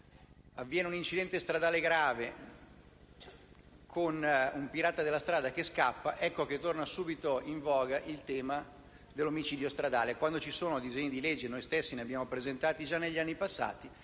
avviene un incidente stradale grave con un pirata della strada che scappa ed ecco che torna subito in voga il tema dell'omicidio stradale. Ciò avviene anche quando ci sono disegni di legge - noi stessi ne abbiamo presentati già negli anni passati